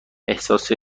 احساس